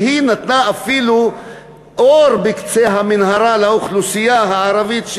שהיא נתנה אפילו אור בקצה המנהרה לאוכלוסייה הערבית,